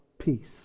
peace